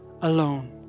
alone